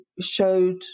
showed